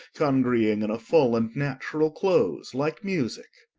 congreeing in a full and natural close, like musicke